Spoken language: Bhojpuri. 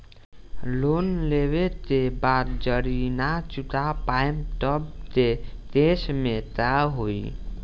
लोन लेवे के बाद जड़ी ना चुका पाएं तब के केसमे का होई?